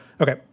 Okay